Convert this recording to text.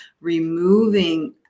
removing